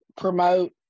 promote